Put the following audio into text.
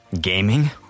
Gaming